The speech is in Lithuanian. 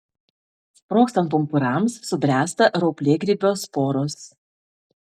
sprogstant pumpurams subręsta rauplėgrybio sporos